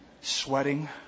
sweating